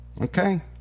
okay